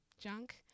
junk